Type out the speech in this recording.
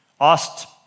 asked